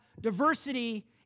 diversity